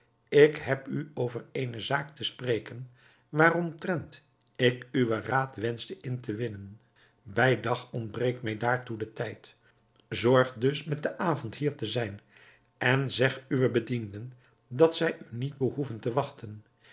ik heb u over eene zaak te spreken waaromtrent ik uwen raad wenschte in te winnen bij dag ontbreekt mij daartoe den tijd zorg dus met den avond hier te zijn en zeg uwe bedienden dat zij u niet behoeven te wachten